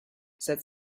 said